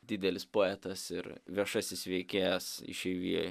didelis poetas ir viešasis veikėjas išeivijoj